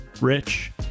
rich